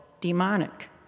demonic